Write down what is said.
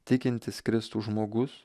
tikintis kristų žmogus